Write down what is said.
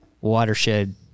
watershed